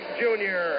junior